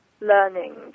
learning